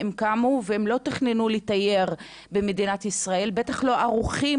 אחרי שהם קמו ולא תכננו לתייר במדינת ישראל ובטח לא ערוכים